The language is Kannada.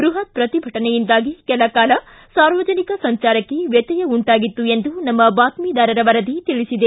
ಬೃಹತ್ ಪ್ರತಿಭಟನೆಯಿಂದಾಗಿ ಕೆಲಕಾಲ ಸಾರ್ವಜನಿಕ ಸಂಚಾರಕ್ಕೆ ವ್ಯತ್ಯಯ ಉಂಟಾಗಿತ್ತು ಎಂದು ನಮ್ಮ ಬಾತ್ಮಿದಾರರ ವರದಿ ತಿಳಿಸಿದೆ